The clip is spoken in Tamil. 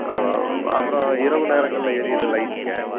ஆ அப்பறம் இரவு நேரங்களில் எரிகிற லைட்டுங்க